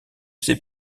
ses